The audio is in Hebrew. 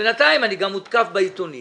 בינתיים אני מותקף בעיתונים